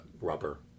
rubber